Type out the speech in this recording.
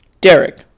Derek